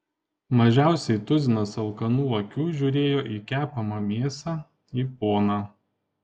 mažiausiai tuzinas alkanų akių žiūrėjo į kepamą mėsą į poną